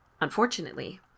Unfortunately